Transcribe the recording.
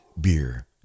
beer